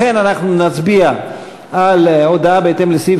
לכן אנחנו נצביע על הודעה בהתאם לסעיף